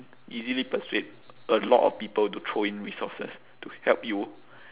easily persuade a lot of people to throw in resources to help you